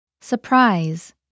Surprise